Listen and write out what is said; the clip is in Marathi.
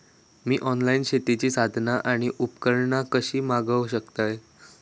मी ऑनलाईन शेतीची साधना आणि उपकरणा कशी मागव शकतय?